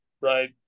right